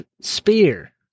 spear